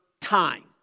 time